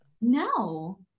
No